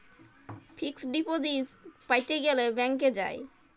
fixed deposit প্যাতে গ্যালে ব্যাংকে যায়